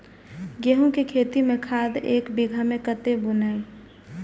गेंहू के खेती में खाद ऐक बीघा में कते बुनब?